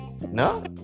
no